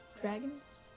dragons